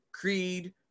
creed